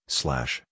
slash